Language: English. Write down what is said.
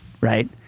right